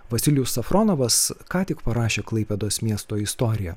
vasilijus safronovas ką tik parašė klaipėdos miesto istoriją